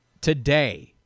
today